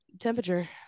temperature